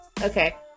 Okay